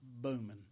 booming